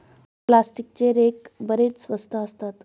प्लास्टिकचे रेक बरेच स्वस्त असतात